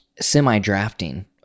semi-drafting